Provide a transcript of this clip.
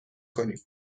کنیم